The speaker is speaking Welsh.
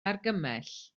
argymell